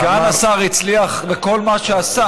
סגן השר הצליח בכל מה שעשה.